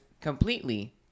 completely